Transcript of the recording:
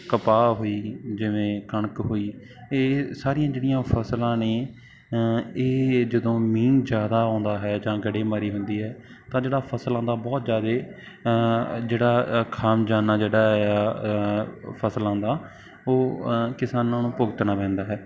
ਕਪਾਹ ਹੋਈ ਜਿਵੇਂ ਕਣਕ ਹੋਈ ਇਹ ਸਾਰੀਆਂ ਜਿਹੜੀਆਂ ਫਸਲਾਂ ਨੇ ਇਹ ਜਦੋਂ ਮੀਂਹ ਜ਼ਿਆਦਾ ਆਉਂਦਾ ਹੈ ਜਾਂ ਗੜ੍ਹੇਮਾਰੀ ਹੁੰਦੀ ਹੈ ਤਾਂ ਜਿਹੜਾ ਫਸਲਾਂ ਦਾ ਬਹੁਤ ਜ਼ਿਆਦਾ ਜਿਹੜਾ ਖਾਮਿਆਜ਼ਾ ਜਿਹੜਾ ਆ ਫਸਲਾਂ ਦਾ ਉਹ ਕਿਸਾਨਾਂ ਨੂੰ ਭੁਗਤਣਾ ਪੈਂਦਾ ਹੈ